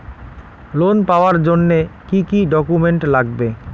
Loan পাওয়ার জন্যে কি কি ডকুমেন্ট লাগবে?